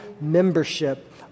membership